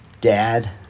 Dad